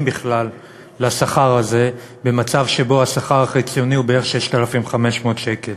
בכלל לשכר הזה במצב שבו השכר החציוני הוא בערך 6,500 שקל.